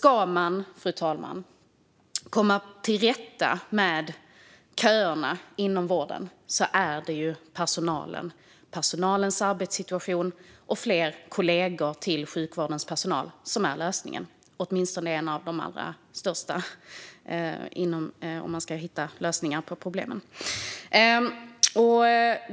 Ska man, fru talman, komma till rätta med köerna inom vården handlar det om personalen. Det handlar om personalens arbetssituation och om fler kollegor till sjukvårdens personal. Där finns lösningen; åtminstone är detta en av de allra största delarna när det gäller att hitta lösningar på problemen.